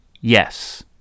yes